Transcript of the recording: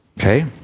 Okay